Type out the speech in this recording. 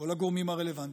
כל הגורמים הרלוונטיים.